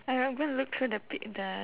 I haven't looked through the pic~ the